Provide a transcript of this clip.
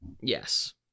Yes